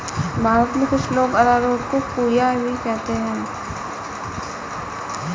भारत में कुछ लोग अरारोट को कूया भी कहते हैं